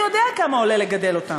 הוא יודע כמה עולה לגדל אותם.